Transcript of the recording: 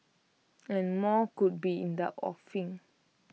and more could be in the offing